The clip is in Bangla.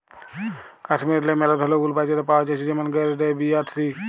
কাশ্মীরেল্লে ম্যালা ধরলের উল বাজারে পাওয়া জ্যাছে যেমল গেরেড এ, বি আর সি